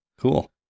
Cool